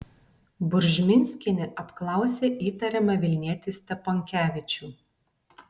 buržminskienė apklausė įtariamą vilnietį steponkevičių